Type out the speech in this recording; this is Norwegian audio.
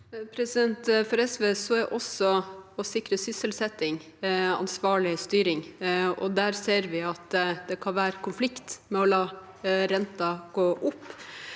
For SV er også det å sikre sysselsetting ansvarlig styring, og der ser vi at det kan være i konflikt med å la renten gå opp.